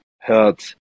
hurt